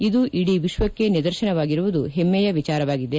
ಇದು ಇಡೀ ವಿಶ್ವಕ್ಕೆ ನಿದರ್ಶನವಾಗಿರುವುದು ಹೆಮ್ಮೆಯ ವಿಚಾರವಾಗಿದೆ